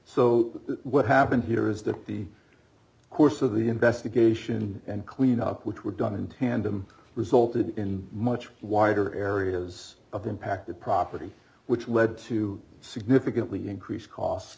so what happened here is that the course of the investigation and cleanup which were done in tandem resulted in a much wider areas of the impacted property which led to significantly increased cost